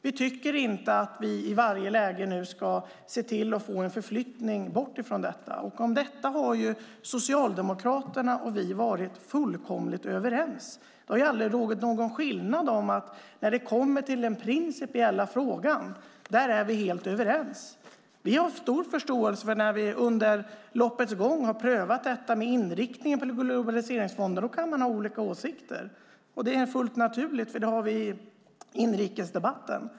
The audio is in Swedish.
Vi tycker inte att vi i varje läge ska se till att få en förflyttning bort ifrån detta. Om detta har Socialdemokraterna och vi varit fullkomligt överens. Det har aldrig rått någon tvekan om att när det kommer till det principiella är vi helt överens. Vi har stor förståelse för att man kan ha olika åsikter när vi under loppets gång har prövat detta med inriktning på globaliseringsfonden. Det är fullt naturligt för det har vi i inrikesdebatten.